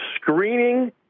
screening